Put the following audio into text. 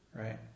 Right